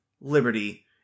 liberty